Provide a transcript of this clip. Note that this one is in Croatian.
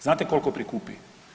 Znate koliko prikupi?